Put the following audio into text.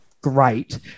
great